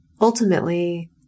ultimately